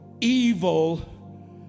evil